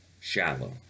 shallow